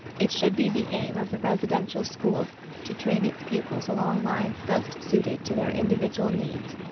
it should be the aim of the residential school to train its pupils along lines best suited to their individual needs,